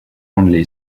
only